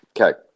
Okay